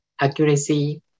accuracy